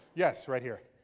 yes, right here.